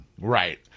Right